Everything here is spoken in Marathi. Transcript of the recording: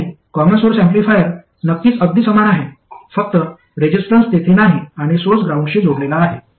आणि कॉमन सोर्स ऍम्प्लिफायर नक्कीच अगदी समान आहे फक्त रेजिस्टन्स तेथे नाही आणि सोर्स ग्राउंडशी जोडलेला आहे